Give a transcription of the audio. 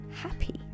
happy